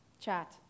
chat